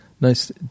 Nice